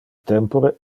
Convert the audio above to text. tempore